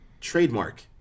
trademark